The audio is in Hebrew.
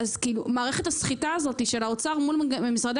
מערכת הסחיטה הזו של האוצר מול משרדי